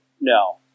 No